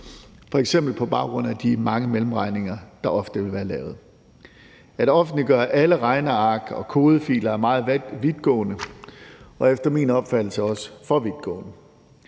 f.eks. på baggrund af de mange mellemregninger, der ofte vil være lavet. At offentliggøre alle regneark og kodefiler er meget vidtgående og efter min opfattelse også for vidtgående.